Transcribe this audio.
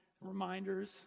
reminders